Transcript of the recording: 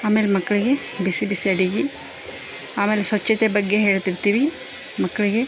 ಆಮೇಲೆ ಮಕ್ಕಳಿಗೆ ಬಿಸಿ ಬಿಸಿ ಅಡುಗೆ ಆಮೇಲೆ ಸ್ವಚ್ಛತೆ ಬಗ್ಗೆ ಹೇಳ್ತಿರ್ತೀವಿ ಮಕ್ಕಳಿಗೆ